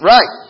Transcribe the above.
Right